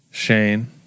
Shane